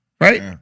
Right